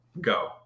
go